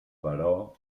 baró